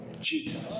Jesus